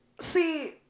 See